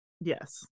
Yes